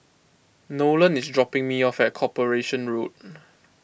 Nolen is dropping me off at Corporation Road